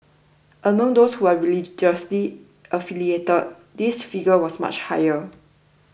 among those who were religiously affiliated this figure was much higher